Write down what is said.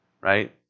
right